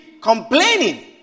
complaining